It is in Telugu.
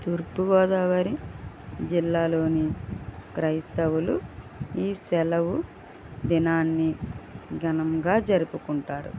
తూర్పు గోదావరి జిల్లాలో క్రైస్తవులు ఈ సెలవు దినాన్ని ఘనంగా జరుపుకుంటారు